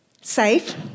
safe